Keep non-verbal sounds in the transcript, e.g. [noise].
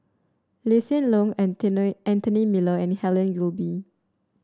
Lee Hsien Loong [unintelligible] Anthony Miller and Helen Gilbey